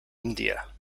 india